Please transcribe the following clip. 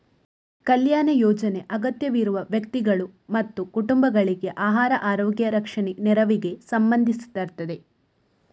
ಕಲ್ಯಾಣ ಯೋಜನೆ ಅಗತ್ಯವಿರುವ ವ್ಯಕ್ತಿಗಳು ಮತ್ತು ಕುಟುಂಬಗಳಿಗೆ ಆಹಾರ, ಆರೋಗ್ಯ, ರಕ್ಷಣೆ ನೆರವಿಗೆ ಸಂಬಂಧಿಸಿರ್ತದೆ